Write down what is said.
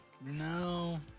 No